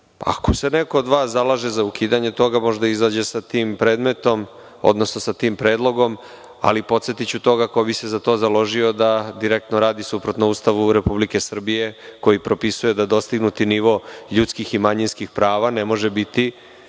to. Ako se neko od vas zalaže za ukidanje toga, može da izađe sa tim predmetom, odnosno sa tim predlogom, ali podsetiću toga ko bi se za to založio da direktno radi suprotno Ustavu Republike Srbije koji propisuje da dostignuti nivo ljudskih i manjinskih prava ne može biti